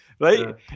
right